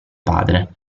padre